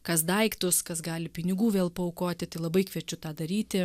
kas daiktus kas gali pinigų vėl paaukoti tai labai kviečiu tą daryti